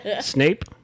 Snape